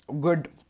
good